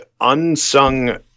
unsung